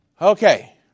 Okay